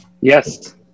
Yes